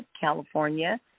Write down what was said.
California